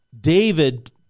david